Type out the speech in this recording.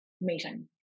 meeting